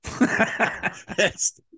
Yes